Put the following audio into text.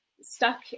stuck